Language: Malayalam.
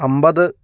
അമ്പത്